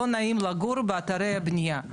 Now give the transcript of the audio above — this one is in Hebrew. לא נעים לגור באתרי הבנייה,